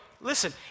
listen